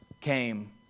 came